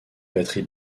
batterie